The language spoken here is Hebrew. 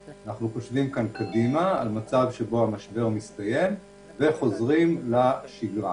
אנחנו חושבים כאן קדימה על מצב שבו המשבר מסתיים וחוזרים לשגרה.